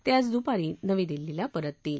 ते आज दुपारी नवी दिल्लीला परततील